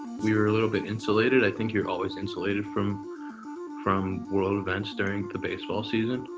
we were a little bit insulated. i think you're always insulated from from world events during the baseball season.